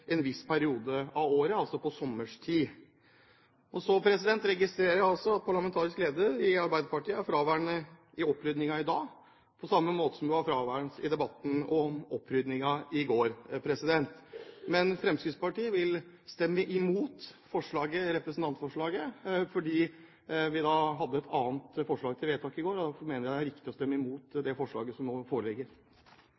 en viss periode av året, altså på sommerstid. Så registrerer jeg at parlamentarisk leder i Arbeiderpartiet er fraværende i opprydningen i dag, på samme måte som hun var fraværende i debatten om opprydningen i går. Fremskrittspartiet vil stemme imot representantforslaget fordi vi hadde et annet forslag til vedtak i går. Derfor mener vi det er riktig å stemme imot